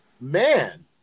Man